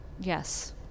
Yes